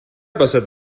passat